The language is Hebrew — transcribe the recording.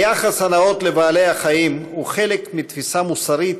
היחס הנאות לבעלי-החיים הוא חלק מתפיסה מוסרית,